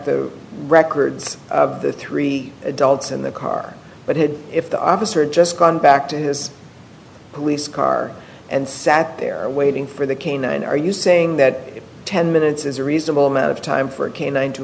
the records of the three adults in the car but had if the officer just gone back to his police car and sat there waiting for the canine are you saying that ten minutes is a reasonable amount of time for a canine to